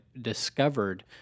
discovered